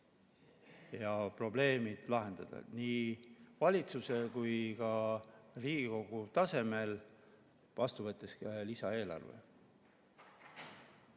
ja probleemid lahendada, nii valitsuse kui ka Riigikogu tasemel, võttes vastu ka lisaeelarve.